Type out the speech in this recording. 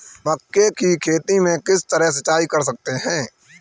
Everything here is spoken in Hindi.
मक्के की खेती में किस तरह सिंचाई कर सकते हैं?